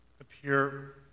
appear